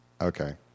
okay